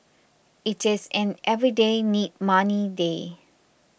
it is an everyday need money day